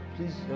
Please